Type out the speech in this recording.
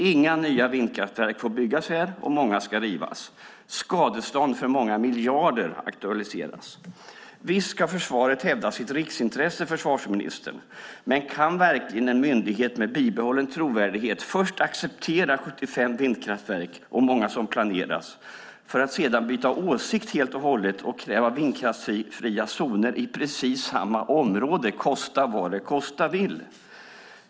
Inga nya vindkraftverk får byggas här, och många ska rivas. Skadestånd för många miljarder aktualiseras. Visst ska försvaret hävda sitt riksintresse, försvarsministern. Men kan verkligen en myndighet med bibehållen trovärdighet först acceptera 75 vindkraftverk och många som planeras för att sedan byta åsikt helt och hållet och kräva vindkraftsfria zoner i precis samma område - kosta vad det kosta vill?